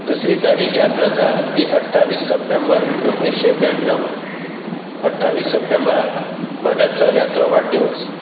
दुसरी तारीख याद जाता ती अठ्ठावीस सप्टेंबर एकुणेशें ब्याण्णव अठ्ठावीस सप्टेंबराक म्हज्या चल्याचो वाडदीवस